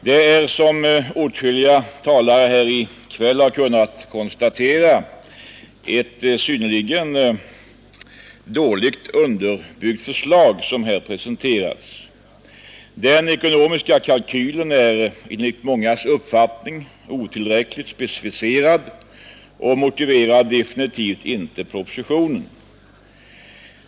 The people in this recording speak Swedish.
Det är, som åtskilliga talare här i kväll har kunnat konstatera, ett synnerligen illa underbyggt förslag som presenterats. Den ekonomiska kalkylen är enligt mångas uppfattning otillräckligt specificerad och motiverar definitivt inte propositionen.